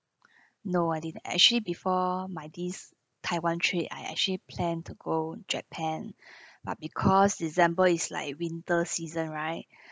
no I didn't actually before my this taiwan trip I actually plan to go japan but because december is like winter season right